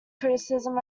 criticism